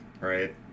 Right